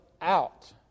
out